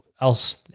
else